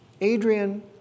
Adrian